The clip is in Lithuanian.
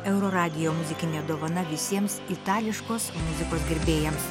euroradijo muzikinė dovana visiems itališkos muzikos gerbėjams